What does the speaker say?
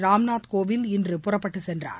ராம்நாத் கோவிந்த் இன்று புறப்பட்டுச் சென்றார்